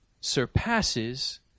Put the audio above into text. surpasses